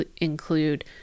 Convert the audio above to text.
include